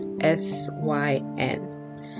S-Y-N